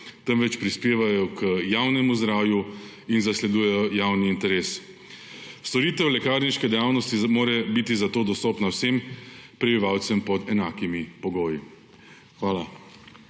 temveč prispevajo k javnemu zdravju in zasledujejo javni interes. Storitev lekarniške dejavnosti mora biti zato dostopna vsem prebivalcem pod enakimi pogoji. Hvala.